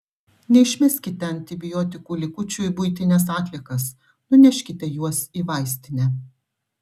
neišmeskite antibiotikų likučių į buitines atliekas nuneškite juos į vaistinę